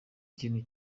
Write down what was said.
ikintu